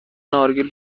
نارگیل